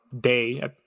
day